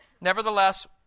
Nevertheless